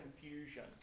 confusion